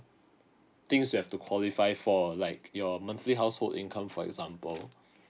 things you have to qualify for like your monthly household income for example